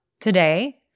today